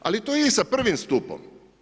Ali to je i sa prvim stupom.